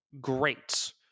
great